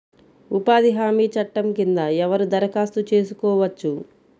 ఉపాధి హామీ చట్టం కింద ఎవరు దరఖాస్తు చేసుకోవచ్చు?